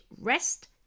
rest